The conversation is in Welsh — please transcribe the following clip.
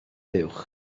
buwch